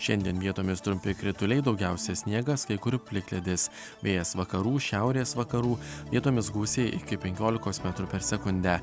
šiandien vietomis trumpi krituliai daugiausiai sniegas kai kur plikledis vėjas vakarų šiaurės vakarų vietomis gūsiai iki penkiolikos metrų per sekundę